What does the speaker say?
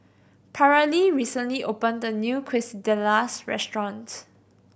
Paralee recently opened a new Quesadillas restaurant